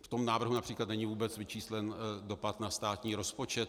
V návrhu například není vůbec vyčíslen dopad na státní rozpočet.